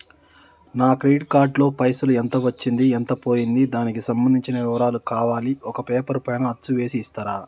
నా credit card లో పైసలు ఎంత వచ్చింది ఎంత పోయింది దానికి సంబంధించిన వివరాలు కావాలి ఒక పేపర్ పైన అచ్చు చేసి ఇస్తరా?